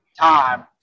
time